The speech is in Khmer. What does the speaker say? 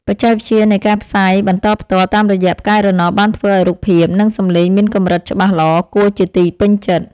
បច្ចេកវិទ្យានៃការផ្សាយបន្តផ្ទាល់តាមរយៈផ្កាយរណបបានធ្វើឱ្យរូបភាព និងសំឡេងមានកម្រិតច្បាស់ល្អគួរជាទីពេញចិត្ត។